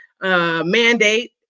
mandate